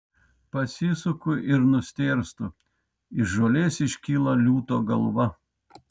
pasisuku ir nustėrstu iš žolės iškyla liūto galva